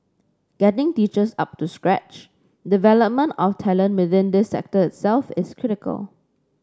getting teachers up to scratch development of talent within this sector itself is critical